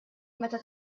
meta